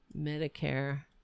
Medicare